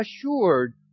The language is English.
assured